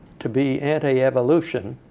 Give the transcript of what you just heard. to be anti-evolution